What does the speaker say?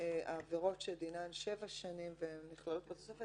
העבירות שדינן שבע שנים ונכללות בתוספת